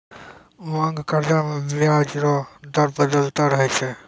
मांग कर्जा मे बियाज रो दर बदलते रहै छै